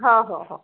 हो हो हो